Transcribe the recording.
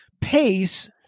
pace